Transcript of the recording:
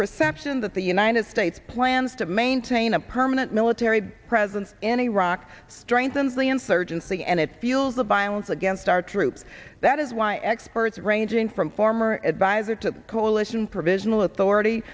perception that the united states plans to maintain a permanent military presence in iraq strengthens the insurgency and it feels the violence against our troops that is why experts ranging from former adviser to the coalition provisional authority